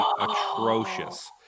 atrocious